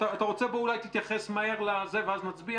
אתה רוצה להתייחס מהר ואז נצביע?